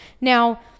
now